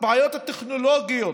הבעיות הטכנולוגיות,